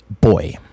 Boy